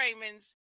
Raymond's